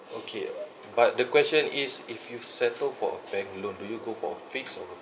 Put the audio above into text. okay but the question is if you've settled for a bank loan do you go for a fixed or a